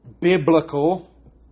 biblical